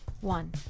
One